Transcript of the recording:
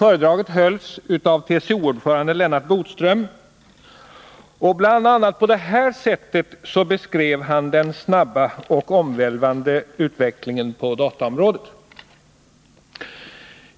Föredraget hölls av TCO-ordföranden Lennart Bodström, som bl.a. på det här sättet beskrev den snabba och omvälvande utvecklingen på dataområdet.